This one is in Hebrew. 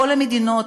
כל המדינות,